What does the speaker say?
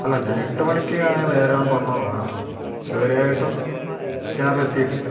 അല്ല ഞാൻ എട്ട് മണിക്ക് ഞാന് വരാൻ പറഞ്ഞതാണ് ഇതുവരെയായിട്ടും ക്യാബ് എത്തിയിട്ടില്ല